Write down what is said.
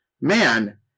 man